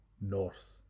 North